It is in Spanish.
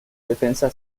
defensa